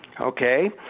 Okay